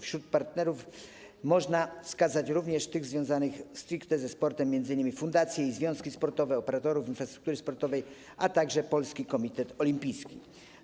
Wśród partnerów można wskazać również tych związanych stricte ze sportem, m.in. fundacje i związki sportowe, operatorów infrastruktury sportowej, a także Polski Komitet Olimpijski.